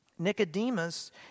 Nicodemus